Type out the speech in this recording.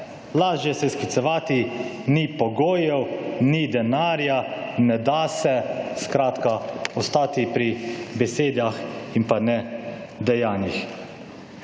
lažje se je sklicevati, ni pogojev, ni denarja, ne da se, skratka, ostati pri besedah in pa ne dejanjih.